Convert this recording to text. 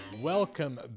Welcome